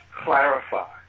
clarify